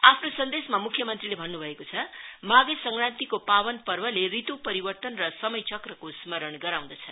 आफ्नो सन्देशमा मुख्य मंत्रीले भन्नुभएको छ माघे संक्रान्तिको पावन पर्वले ऋतु परिवर्तन र समय चक्रको स्मरण गराउँदछ